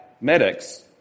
medics